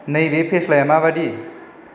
नैबे फेस्लाया माबादि